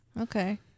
Okay